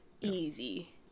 easy